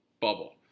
bubble